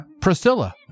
Priscilla